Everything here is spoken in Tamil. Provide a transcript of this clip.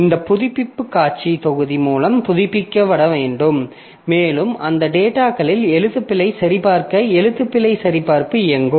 இந்த புதுப்பிப்பு காட்சி தொகுதி மூலம் புதுப்பிக்கப்பட வேண்டும் மேலும் அந்த டேட்டாகளில் எழுத்துப்பிழை சரிபார்க்க எழுத்துப்பிழை சரிபார்ப்பு இயங்கும்